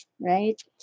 right